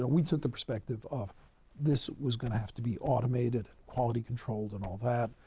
ah we took the perspective of this was going to have to be automated and quality controlled and all that.